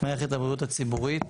מערכת הבריאות הציבורית.